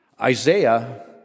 Isaiah